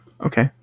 Okay